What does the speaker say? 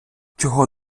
чого